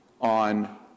on